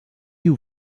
you